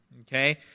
okay